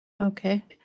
Okay